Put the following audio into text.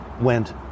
went